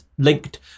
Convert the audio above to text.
linked